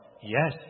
Yes